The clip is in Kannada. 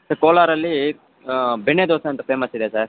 ಕೋಲಾರ್ ಅಲ್ಲಿ ಬೆಣ್ಣೆದೋಸೆ ಅಂತ ಫೇಮಸ್ ಇದೆ ಸರ್